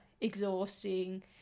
exhausting